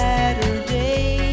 Saturday